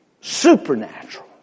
Supernatural